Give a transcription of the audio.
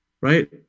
Right